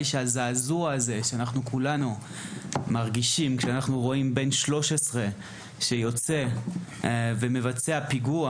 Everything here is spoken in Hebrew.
הזעזוע שכולנו מרגישים כשרואים ילד בן 13 שיוצא ומבצע פיגוע.